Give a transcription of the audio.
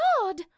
god